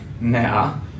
now